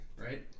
Right